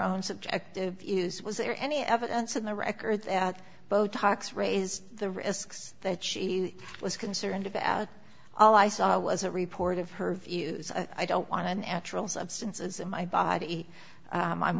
own subjective is was there any evidence in the records that botox raised the risks that she was concerned about all i saw was a report of her view i don't want an actual substances in my body i'm